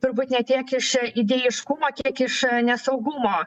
turbūt ne tiek iš idėjiškumo kiek iš nesaugumo